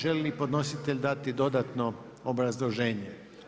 Želi li podnositelj dati dodatno obrazloženje?